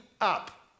up